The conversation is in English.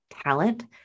talent